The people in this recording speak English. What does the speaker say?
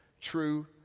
true